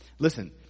Listen